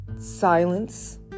silence